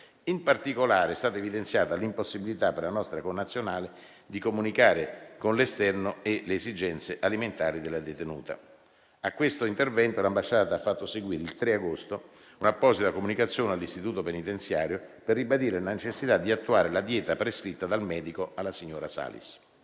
In particolare, sono state evidenziate l'impossibilità per la nostra connazionale di comunicare con l'esterno e le esigenze alimentari della detenuta. A questo intervento, l'ambasciata ha fatto seguire, il 3 agosto, un'apposita comunicazione all'istituto penitenziario per ribadire la necessità di attuare la dieta prescritta dal medico alla signora Salis.